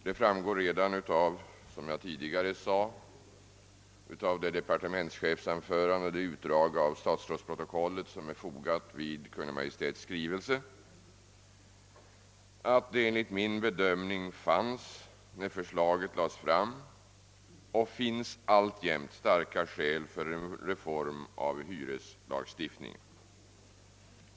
Det framgår, som jag tidigare sade, redan av det utdrag av statsrådsprotokollet som är fogat vid Kungl. Maj:ts skrivelse att när förslaget lades fram fanns enligt min bedömning — och finns alltjämt — starka skäl för en reform av hyreslagstiftningen.